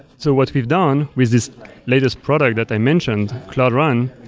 so what we've done with this latest product that i mentioned, cloudrun,